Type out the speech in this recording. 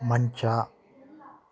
ಮಂಚ